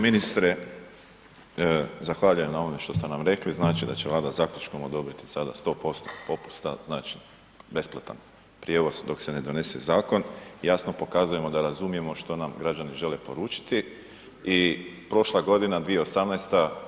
Ministre, zahvaljujem na ovom što ste nam rekli, znači da će Vlada zaključkom odobriti sada 100% popusta, znači besplatan prijevoz dok se ne donese zakon, jasno pokazujemo da razumijemo što nam građani žele poručiti i prošla godina 2018.